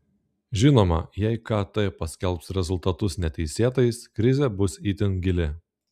žinoma jei kt paskelbs rezultatus neteisėtais krizė bus itin gili